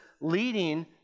leading